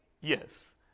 Yes